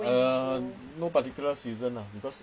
uh no particular season lah because